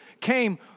came